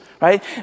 right